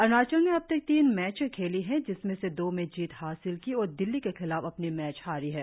अरुणाचल ने अब तक तीन मैचे खेली है जिसमें से दो में जीत हासिल की और दिल्ली के खिलाफ अपनी मैच हारी है